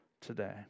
today